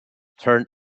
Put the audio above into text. turned